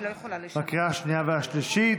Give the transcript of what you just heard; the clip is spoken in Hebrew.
לקריאה השנייה והשלישית.